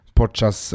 podczas